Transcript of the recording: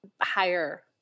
higher